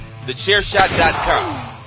TheChairShot.com